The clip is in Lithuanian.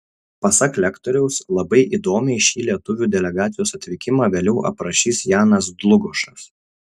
pasak lektoriaus labai įdomiai šį lietuvių delegacijos atvykimą vėliau aprašys janas dlugošas